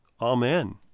Amen